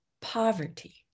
poverty